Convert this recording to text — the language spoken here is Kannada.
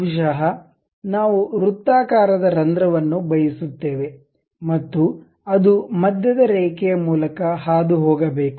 ಬಹುಶಃ ನಾವು ವೃತ್ತಾಕಾರದ ರಂಧ್ರವನ್ನು ಬಯಸುತ್ತೇವೆ ಮತ್ತು ಅದು ಮಧ್ಯದ ರೇಖೆಯ ಮೂಲಕ ಹಾದುಹೋಗಬೇಕು